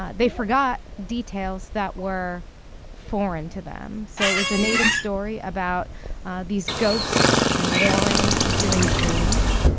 ah they forgot details that were foreign to them. so it was a native story about these ghosts warring during dreams.